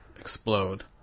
explode